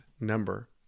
number